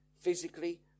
physically